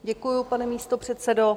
Děkuji, pane místopředsedo.